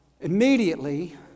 immediately